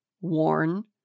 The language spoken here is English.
worn